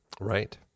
Right